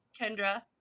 Kendra